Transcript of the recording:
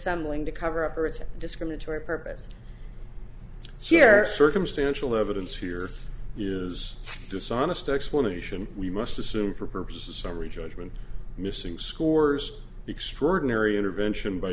dissembling to cover up or it's a discriminatory purpose here circumstantial evidence here is dishonest explanation we must assume for perhaps a summary judgment missing scores extraordinary intervention by